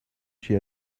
she